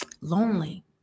lonely